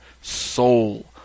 soul